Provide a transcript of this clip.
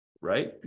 right